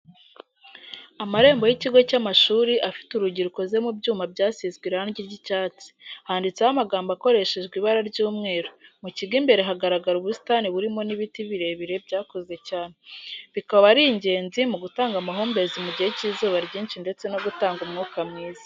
Amarembo y'ikigo cy'amashuri afite urugi rukoze mu byuma byasizwe irangi ry'icyatsi, handitseho amagambo akoreshejwe ibara ry'umweru, mu kigo imbere hagaragara ubusitani burimo n'ibiti birebire byakuze cyane, bikaba ari ingenzi mu gutanga amahumbezi mu gihe cy'izuba ryinshi ndetse no gutanga umwuka mwiza.